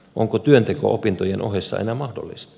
onko työnteko opintojen ohessa enää mahdollista